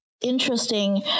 interesting